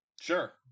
sure